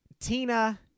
Tina